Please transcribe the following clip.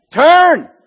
Turn